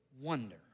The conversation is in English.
wonder